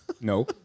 No